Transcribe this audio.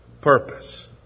purpose